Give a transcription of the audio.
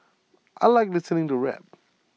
I Like listening to rap